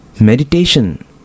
Meditation